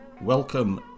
Welcome